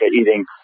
eating